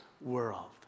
world